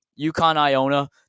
UConn-Iona